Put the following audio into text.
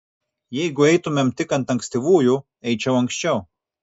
jeigu eitumėm tik ant ankstyvųjų eičiau anksčiau